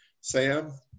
Sam